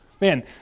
Man